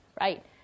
right